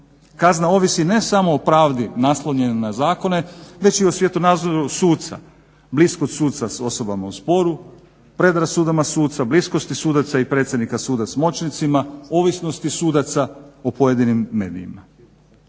Kazna ovisi ne samo o pravdi naslonjenoj na zakone već i o svjetonazoru suca, bliskost suca s osobama u sporu, predrasudama suca, bliskosti sudaca i predsjednika suda s moćnicima, ovisnosti sudaca o pojedinim medijima.